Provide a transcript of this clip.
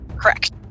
correct